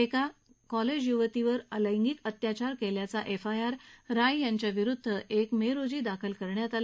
एका महाविद्यालयीन तरुणीवर लँगिक अत्याचार केल्याचा एफआयआर राय यांच्या विरुद्ध एक मे रोजी दाखल करण्यात आला